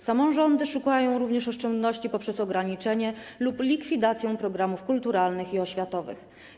Samorządy szukają również oszczędności poprzez ograniczenie lub likwidację programów kulturalnych i oświatowych.